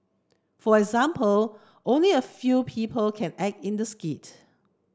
for example only a few people can act in the skit